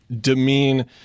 demean